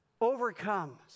overcomes